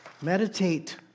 Meditate